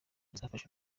izafasha